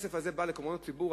כשהכסף נועד לקורבנות ציבור,